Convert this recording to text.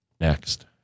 Next